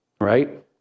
right